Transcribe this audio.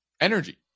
energy